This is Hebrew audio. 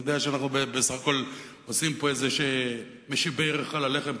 אני יודע שבסך הכול אנחנו עושים פה "מי שבירך" על הלחם,